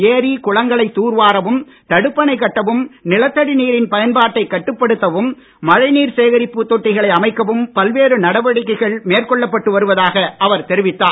AB குளங்களைத் தூர்வாரவும் தடுப்பணை கட்டவும் நிலத்தடி நீரின் பயன்பாட்டைக் கட்டுப்படுத்தவும் மழைநீர் சேகரிப்பு தொட்டிகளை அமைக்கவும் பல்வேறு நடவடிக்கைகள் மேற்கொள்ளப் பட்டு வருவதாக அவர் தெரிவித்தார்